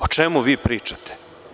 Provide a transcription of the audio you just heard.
O čemu vi pričate?